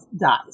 dies